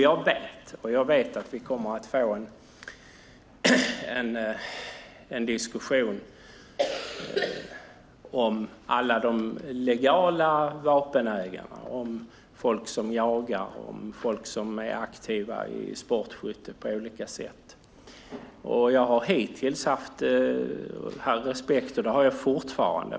Jag vet att vi kommer att få en diskussion om alla de legala vapenägarna, om folk som jagar och är aktiva i sportskytte på olika sätt. Jag har hittills haft all respekt för dem, och det har jag fortfarande.